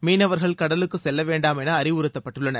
மீனவர்கள் கடலுக்கு செல்லவேண்டாம் என அறிவுறுத்தப்பட்டுள்ளனர்